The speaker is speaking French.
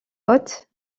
hautes